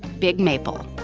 big maple